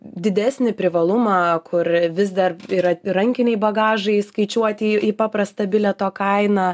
didesnį privalumą kur vis dar yra rankiniai bagažai įskaičiuoti į į paprastą bilieto kainą